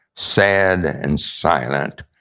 sad and silent,